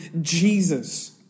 Jesus